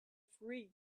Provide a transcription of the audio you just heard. free